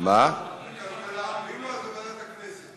ואם לא, לוועדת הכנסת.